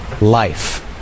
life